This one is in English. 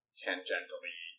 tangentially